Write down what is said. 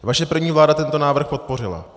Vaše první vláda tento návrh podpořila.